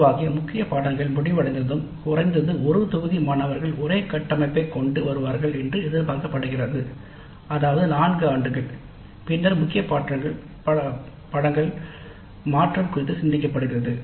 பொதுவாக முக்கிய பாடநெறிகள் முடிவடைந்ததும் குறைந்தது ஒரு தொகுதி மாணவர்கள் ஒரே கட்டமைப்பைக் கொண்டு வருவார்கள் என்று எதிர்பார்க்கப்படுகிறது அதாவது நான்கு ஆண்டுகள் பின்னர் முக்கிய பாடநெறிகள் மாற்றம் குறித்து சிந்திக்கப்படுகிறது